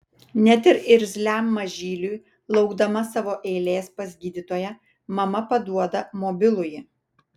net ir irzliam mažyliui laukdama savo eilės pas gydytoją mama paduoda mobilųjį